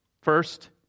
First